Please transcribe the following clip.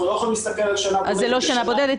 זו לא שנה בודדות,